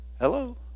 Hello